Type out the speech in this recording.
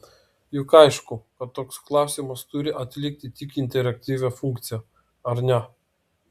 juk aišku kad toks klausimas turi atlikti tik interaktyvią funkciją ar ne